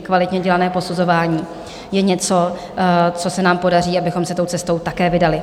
Kvalitně dělané posuzování je něco, co se nám podaří, abychom se tou cestou také vydali.